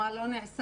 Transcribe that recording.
מה לא נעשה?